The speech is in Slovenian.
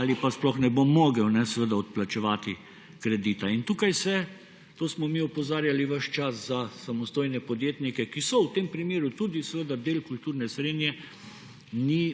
ali pa sploh ne bo mogel odplačevati kredita. Tukaj se – na to smo mi opozarjali ves čas – za samostojne podjetnike, ki so v tem primeru tudi del kulturne srenje, ni